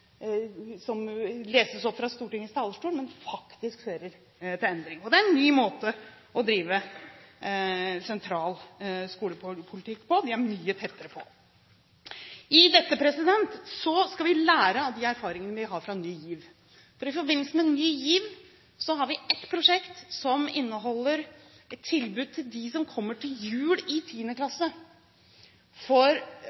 ny måte å drive sentral skolepolitikk på – vi er mye tettere på. I dette skal vi lære av de erfaringene vi har fra Ny GIV. I forbindelse med Ny GIV har vi ett prosjekt som inneholder et tilbud til dem som har store kunnskapshull når de kommer til jul i